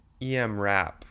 EMRAP